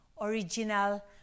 original